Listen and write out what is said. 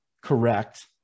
correct